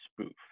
spoof